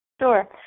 Sure